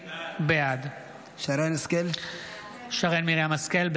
בעד שרן מרים השכל,